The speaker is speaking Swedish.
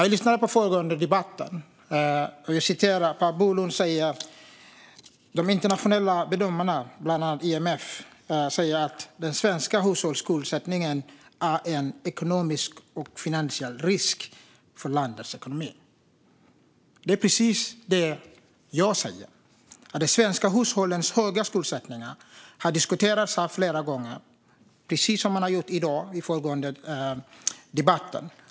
I den föregående debatten sa Per Bolund att de internationella bedömarna, bland annat IMF, säger att den svenska hushållsskuldsättningen är en finansiell risk för landets ekonomi. Det är precis det jag säger. De svenska hushållens höga skuldsättning har diskuterats här flera gånger, precis som skedde i dag i föregående debatt.